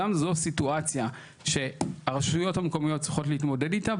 גם זו סיטואציה שהרשויות המקומיות צריכות להתמודד איתה,